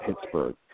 Pittsburgh